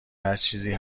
هرچیزی